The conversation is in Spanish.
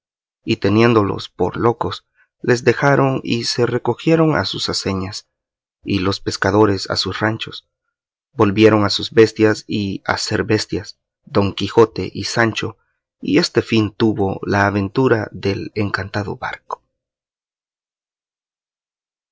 y teniéndolos por locos les dejaron y se recogieron a sus aceñas y los pescadores a sus ranchos volvieron a sus bestias y a ser bestias don quijote y sancho y este fin tuvo la aventura del encantado barco